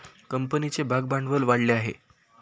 कंपनीचे भागभांडवल वाढले आहे